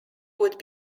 would